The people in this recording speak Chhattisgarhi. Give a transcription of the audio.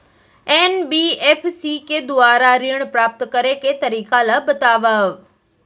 एन.बी.एफ.सी के दुवारा ऋण प्राप्त करे के तरीका ल बतावव?